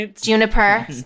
Juniper